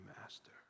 master